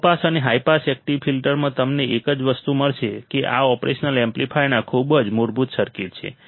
લો pass અને high pass active ફિલ્ટર્સમાં તમને એક જ વસ્તુ મળશે કે આ ઓપરેશનલ એમ્પ્લીફાયરના ખૂબ જ મૂળભૂત સર્કિટ છે